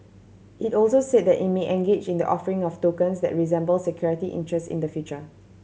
it also said that it may engage in the offering of tokens that resemble security interest in the future